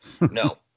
No